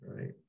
right